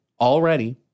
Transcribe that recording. already